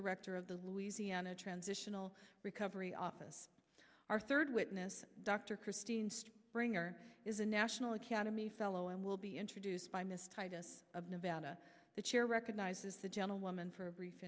director of the louisiana transitional recovery office our third witness dr christine ringer is a national academy fellow and will be introduced by miss titus of nevada the chair recognizes the gentlewoman for a brief